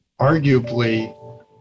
arguably